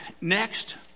Next